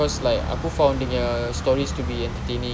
because like aku found dia punya stories to be entertaining